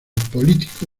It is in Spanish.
político